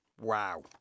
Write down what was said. Wow